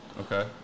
Okay